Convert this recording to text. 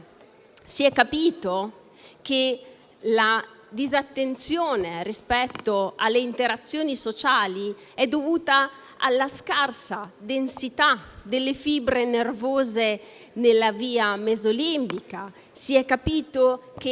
Si è capito che la disattenzione rispetto alle interazioni sociali è dovuta alla scarsa densità delle fibre nervose nella via mesolimbica; si è capito che